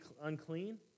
unclean